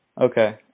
Okay